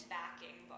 backing